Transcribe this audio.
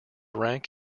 rank